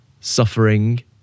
suffering